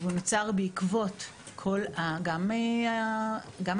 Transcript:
הוא נוצר בעקבות כל גם ההפגנות,